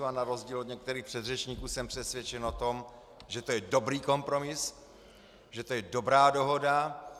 A na rozdíl od některých předřečníků jsem přesvědčen o tom, že to je dobrý kompromis, že to je dobrá dohoda.